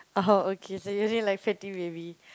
oh okay so you only like Fatty Baby